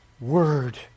word